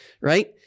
right